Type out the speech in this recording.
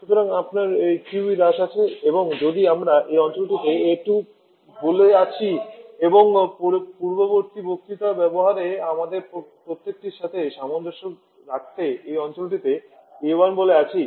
সুতরাং আপনার কিউই হ্রাস আছে এবং যদি আমরা এই অঞ্চলটিকে A2 বলে আছি এবং পূর্ববর্তী বক্তৃতায় ব্যবহৃত আমাদের প্রতীকটির সাথে সামঞ্জস্য রাখতে এই অঞ্চলটিকে A1 বলে আছি